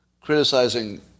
criticizing